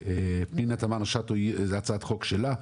פנינה תמנו שטה זו הצעת חוק שלה,